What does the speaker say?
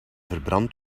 verbrand